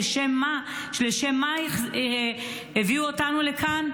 לשם מה הביאו אותנו לכאן?